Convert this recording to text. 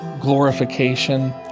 glorification